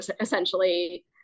essentially